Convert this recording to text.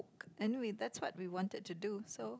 anyway that's what we wanted to do so